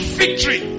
victory